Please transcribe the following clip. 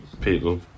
people